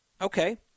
Okay